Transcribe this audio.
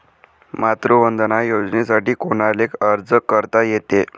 मातृवंदना योजनेसाठी कोनाले अर्ज करता येते?